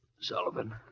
Sullivan